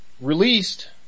released